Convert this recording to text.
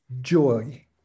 joy